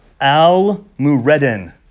al-mureddin